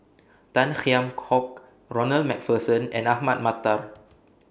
Tan Kheam Hock Ronald MacPherson and Ahmad Mattar